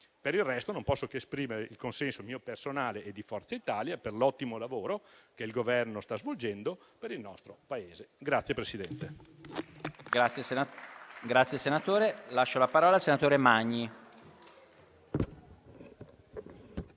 Per il resto, non posso che esprimere il consenso mio personale e di Forza Italia per l'ottimo lavoro che il Governo sta svolgendo per il nostro Paese.